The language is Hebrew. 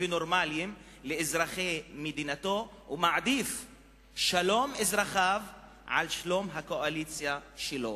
ונורמליים לאזרחי מדינתו ומעדיף את שלום אזרחיו על שלום הקואליציה שלו.